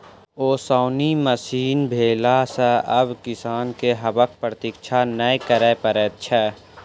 ओसौनी मशीन भेला सॅ आब किसान के हवाक प्रतिक्षा नै करय पड़ैत छै